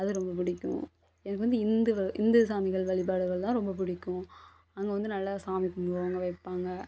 அது ரொம்ப பிடிக்கும் எனக்கு வந்து இந்து வ இந்து சாமிகள் வழிபாடுகள் தான் ரொம்ப பிடிக்கும் அங்கே வந்து நல்லா சாமி கும்பிடுவாங்க வைப்பாங்க